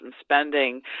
spending